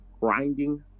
grinding